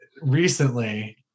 recently